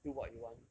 do what you want